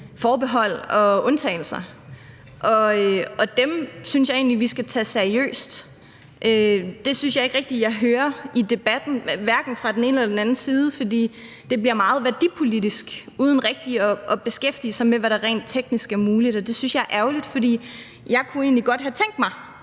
forbehold og undtagelser. Og dem synes jeg egentlig vi skal tage seriøst. Det synes jeg ikke rigtig jeg hører i debatten, hverken fra den ene eller den anden side, for det bliver meget værdipolitisk uden rigtig at beskæftige sig med, hvad der rent teknisk er muligt. Det synes jeg er ærgerligt, for jeg kunne egentlig godt have tænkt mig